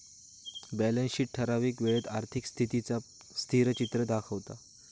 balance sheet ठरावीक वेळेत आर्थिक स्थितीचा स्थिरचित्र दाखवता